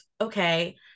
okay